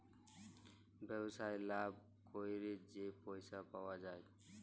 ব্যবসায় লাভ ক্যইরে যে পইসা পাউয়া যায়